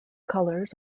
colors